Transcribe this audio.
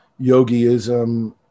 yogiism